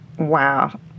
Wow